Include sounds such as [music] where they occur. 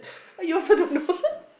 oh you also don't know [laughs]